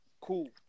Cool